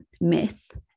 myth